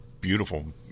beautiful